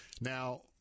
now